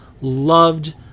loved